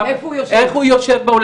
איך הוא יושב,